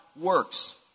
works